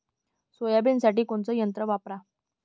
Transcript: सोयाबीनसाठी कोनचं यंत्र वापरा?